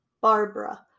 Barbara